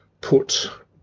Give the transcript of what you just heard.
put